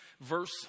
verse